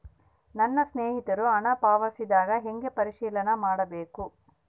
ನನ್ನ ಸ್ನೇಹಿತರು ಹಣ ಪಾವತಿಸಿದಾಗ ಹೆಂಗ ಪರಿಶೇಲನೆ ಮಾಡಬೇಕು?